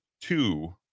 two